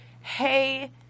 Hey